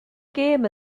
gêm